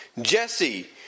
Jesse